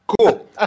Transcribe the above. Cool